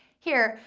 here,